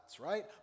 right